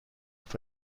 auf